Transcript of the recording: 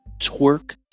twerk